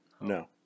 No